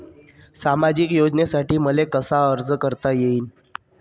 सामाजिक योजनेसाठी मले कसा अर्ज करता येईन?